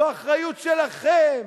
זו אחריות שלכם.